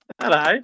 Hello